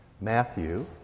Matthew